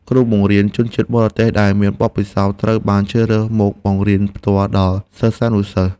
គ្រូបង្រៀនជនជាតិបរទេសដែលមានបទពិសោធន៍ត្រូវបានជ្រើសរើសមកបង្រៀនផ្ទាល់ដល់សិស្សានុសិស្ស។